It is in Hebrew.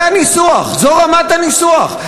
זה הניסוח, זו רמת הניסוח.